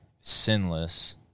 sinless